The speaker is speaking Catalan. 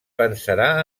pensarà